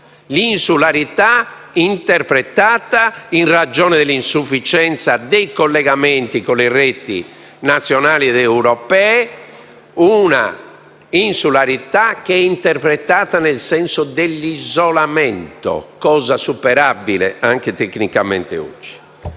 l'insularità, interpretata in ragione dell'insufficienza dei collegamenti con le reti nazionali ed europee; un'insularità che è interpretata nel senso dell'isolamento, cosa oggi superabile, anche tecnicamente.